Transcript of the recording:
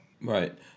Right